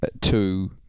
two